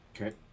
Okay